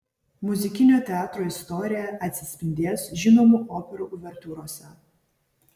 muzikinio teatro istorija atsispindės žinomų operų uvertiūrose